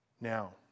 Now